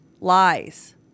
lies